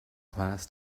class